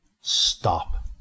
Stop